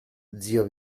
zio